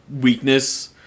weakness